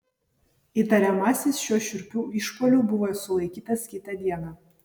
įtariamasis šiuo šiurpiu išpuoliu buvo sulaikytas kitą dieną